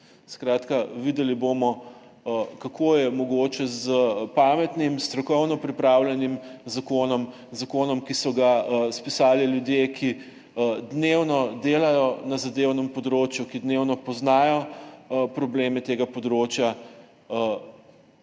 Skratka, videli bomo kako je mogoče s pametnim, strokovno pripravljenim zakonom, zakonom, ki so ga spisali ljudje, ki dnevno delajo na zadevnem področju, ki dnevno poznajo probleme tega področja,